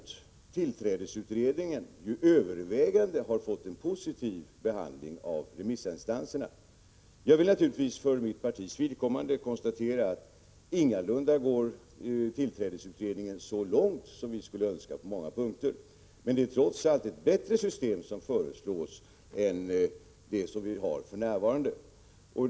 Tillträdesutredningen har däremot övervägande fått en positiv behandling av remissinstanserna. För mitt partis vidkommande vill jag konstatera att tillträdesutredningen ingalunda går så långt som vi skulle önska, men förslaget är trots allt ett bättre system än det som vi har för närvarande.